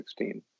2016